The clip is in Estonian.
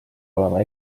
olema